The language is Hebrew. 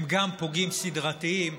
הם גם פוגעים סדרתיים,